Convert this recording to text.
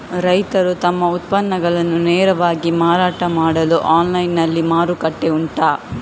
ರೈತರು ತಮ್ಮ ಉತ್ಪನ್ನಗಳನ್ನು ನೇರವಾಗಿ ಮಾರಾಟ ಮಾಡಲು ಆನ್ಲೈನ್ ನಲ್ಲಿ ಮಾರುಕಟ್ಟೆ ಉಂಟಾ?